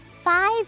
five